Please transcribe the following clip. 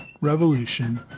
Revolution